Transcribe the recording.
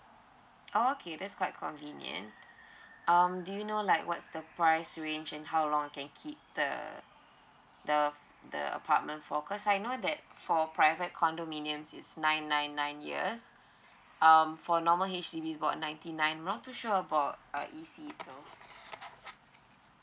orh okay that's quite convenient um do you know like what's the price range and how long I can keep the the the apartment for cause I know that for private condominiums it's nine nine nine years um for normal H_D_B is about ninety nine not too sure about uh E_C though